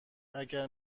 اگر